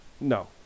no